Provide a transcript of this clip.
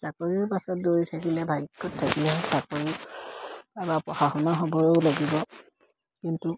চাকৰিৰ পাছত দৌৰি থাকিলে ভাগ্যত থাকিলে চাকৰি বা পঢ়া শুনা হ'বও লাগিব কিন্তু